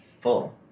full